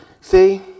See